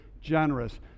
generous